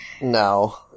No